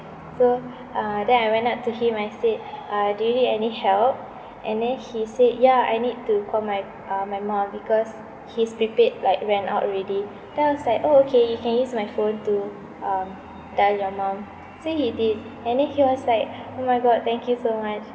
so uh then I went up to him I said uh do you need any help and then he said ya I need to call my uh my mum because his prepaid like ran out already then I was like orh okay you can use my phone to um dial your mum so he did and then he was like oh my god thank you so much